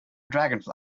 dragonfly